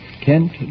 Kent